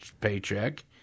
paycheck